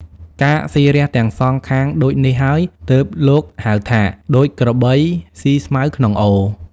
ការស៊ីរះទាំងសងខាងដូចនេះហើយ ទើបលោកហៅថា ដូចក្របីស៊ីស្មៅក្នុងអូរ ។